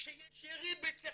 יש יריד בצרפת,